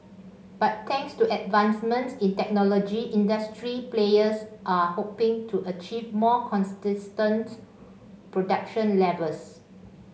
but thanks to advancements in technology industry players are hoping to achieve more production levels